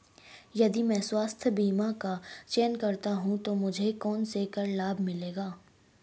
यदि मैं स्वास्थ्य बीमा का चयन करता हूँ तो मुझे कौन से कर लाभ मिलेंगे?